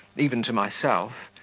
even to myself,